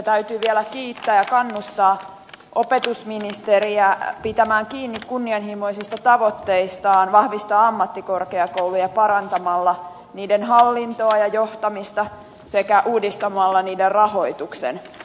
täytyy vielä kiittää ja kannustaa opetusministeriä pitämään kiinni kunnianhimoisista tavoitteistaan vahvistaa ammattikorkeakouluja parantamalla niiden hallintoa ja johtamista sekä uudistamalla niiden rahoituksen